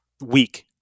week